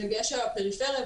בדגש על הפריפריה,